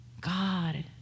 God